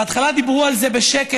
בהתחלה דיברו על זה בשקט,